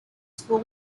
school